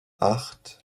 acht